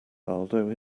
aldo